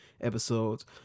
episodes